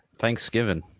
thanksgiving